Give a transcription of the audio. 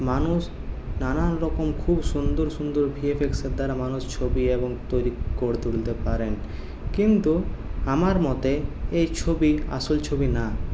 মানুষ নানান রকম খুব সুন্দর সুন্দর ভিএফএক্সের দ্বারা মানুষ ছবি এবং তৈরি করে তুলতে পারেন কিন্তু আমার মতে এই ছবি আসল ছবি না